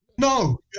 No